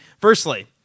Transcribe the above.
Firstly